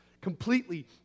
completely